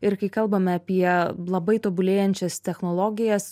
ir kai kalbame apie labai tobulėjančias technologijas